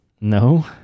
No